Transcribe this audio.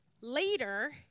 Later